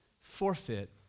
forfeit